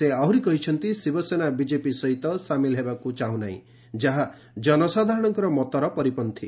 ସେ ଆହୁରି କହିଛନ୍ତି ଶିବସେନା ବିଜେପି ସହିତ ସାମିଲ୍ ହେବାକୁ ଚାହୁଁ ନାହିଁ ଯାହା ଜନସାଧାରଣଙ୍କର ମତର ପରିପନ୍ତୀ